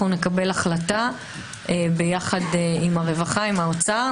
נקבל החלטה ביחד עם הרווחה, עם האוצר.